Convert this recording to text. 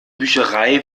bücherei